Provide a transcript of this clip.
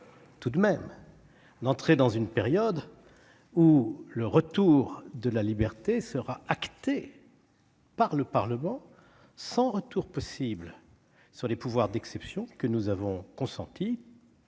nous réjouir d'entrer dans une période où le retour de la liberté sera acté par le Parlement, sans retour possible aux pouvoirs d'exception que nous avions consentis